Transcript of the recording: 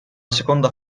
seconda